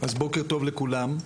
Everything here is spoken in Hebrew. בוקר טוב לכולם,